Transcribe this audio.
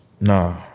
Nah